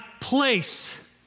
place